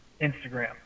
Instagram